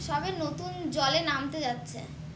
সবে নতুন জলে নামতে যাচ্ছে